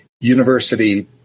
university